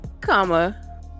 comma